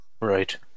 Right